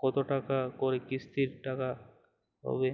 কতো টাকা করে কিস্তির টাকা হবে?